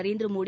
Narendra Modi